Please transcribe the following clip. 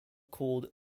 called